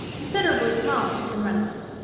considerably smaller than runnymede,